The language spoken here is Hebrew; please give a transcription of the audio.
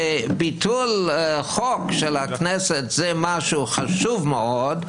שביטול חוק של הכנסת זה משהו חשוב מאוד,